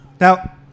Now